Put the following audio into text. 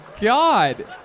God